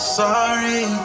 sorry